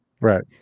right